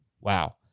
Wow